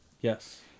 yes